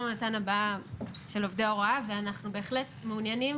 של עובדי ההוראה ואנחנו בהחלט מעוניינים